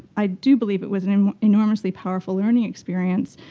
i do believe it was an an enormously powerful learning experience.